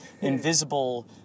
invisible